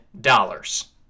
dollars